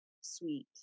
sweet